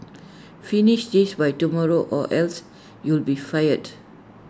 finish this by tomorrow or else you'll be fired